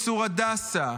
מצור הדסה,